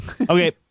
Okay